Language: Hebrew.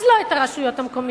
אז לא את הרשויות המקומיות.